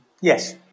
Yes